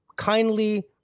kindly